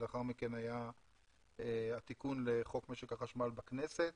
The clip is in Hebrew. ולאחר מכן היה התיקון לחוק משק החשמל בכנסת.